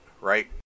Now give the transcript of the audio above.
right